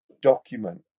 document